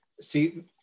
see